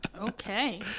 Okay